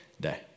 day